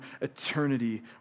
eternity